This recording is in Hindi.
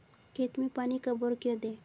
खेत में पानी कब और क्यों दें?